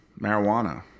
Marijuana